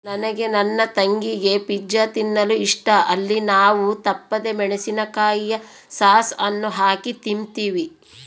ನನಗೆ ನನ್ನ ತಂಗಿಗೆ ಪಿಜ್ಜಾ ತಿನ್ನಲು ಇಷ್ಟ, ಅಲ್ಲಿ ನಾವು ತಪ್ಪದೆ ಮೆಣಿಸಿನಕಾಯಿಯ ಸಾಸ್ ಅನ್ನು ಹಾಕಿ ತಿಂಬ್ತೀವಿ